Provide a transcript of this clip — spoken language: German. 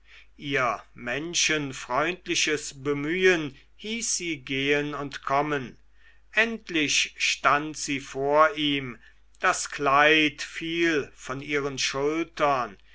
ihr menschenfreundliches bemühen hieß sie gehen und kommen endlich stand sie vor ihm das kleid fiel von ihren schultern